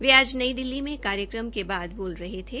वे आज नई दिल्ली में एक कार्यक्रम के बाद बोल रहे थे